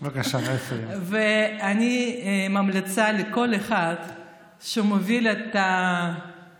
אני ממליצה לכל אחד שמוביל את הפלוגה,